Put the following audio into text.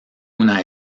una